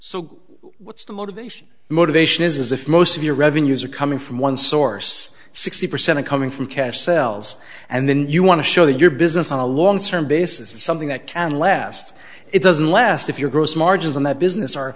so what's the motivation motivation is if most of your revenues are coming from one source sixty percent of coming from cash cells and then you want to show your business on a long term basis something that can last it doesn't last if your gross margins in that business are